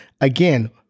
again